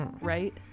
right